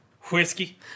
Whiskey